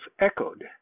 echoed